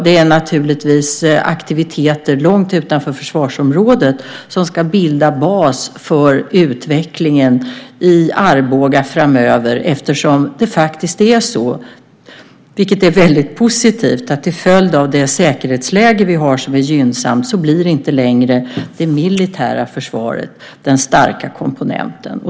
Det är naturligtvis aktiviteter långt utanför försvarsområdet som ska bilda bas för utvecklingen i Arboga framöver eftersom - vilket är positivt - till följd av det gynnsamma säkerhetsläget det militära försvaret inte längre blir den starka komponenten.